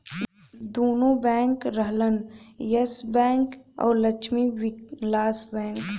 दुन्नो बैंक रहलन Yes Bank अउर लक्ष्मी विलास बैंक